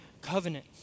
covenant